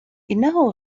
إنه